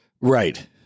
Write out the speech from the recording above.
Right